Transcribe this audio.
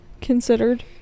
considered